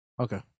okay